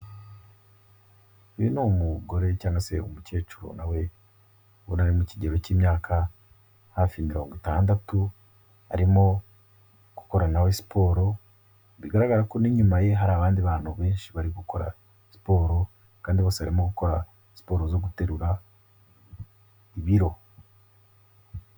Uyu ni umugore cyanga se umucyecuru nawe ubona ari mu kigero cy'imyaka hafi mirongo itandatu arimo gukorana na we siporo bigaragara ko ni inyuma ye hari abandi bantu benshi bari gukora siporo kandi bose barimo gukora siporo zo guterura ibiro.